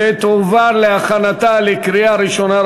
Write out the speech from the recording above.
ותועבר להכנתה לקריאה ראשונה,